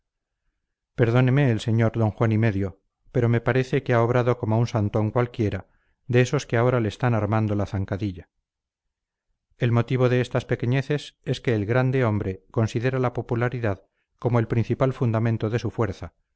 perdóneme el sr d juan y medio pero me parece que ha obrado como un santón cualquiera de esos que ahora le están armando la zancadilla el motivo de estas pequeñeces es que el grande hombre considera la popularidad como el principal fundamento de su fuerza